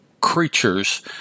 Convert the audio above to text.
creatures